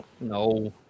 No